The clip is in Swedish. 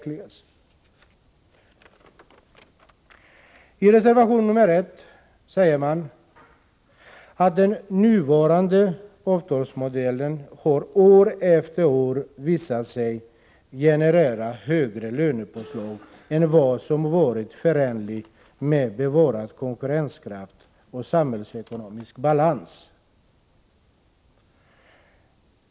I reservation nr 1 säger man att den nuvarande avtalsmodellen år efter år har visat sig generera högre lönepåslag än vad som varit förenligt med bevarad konkurrenskraft och samhällsekonomisk balans.